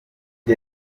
ubu